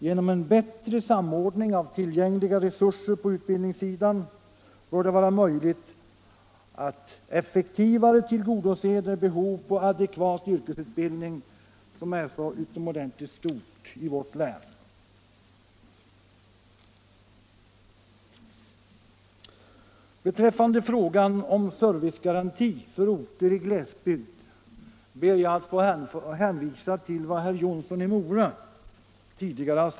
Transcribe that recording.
Genom bättre samordning av tillgängliga resurser på utbildningssidan bör det vara möjligt att bättre tillgodose det behov av adekvat yrkesutbildning som är så utomordentligt stort i vårt län. Herr talman!